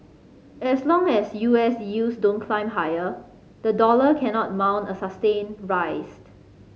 as long as U S yields don't climb higher the dollar cannot mount a sustained rised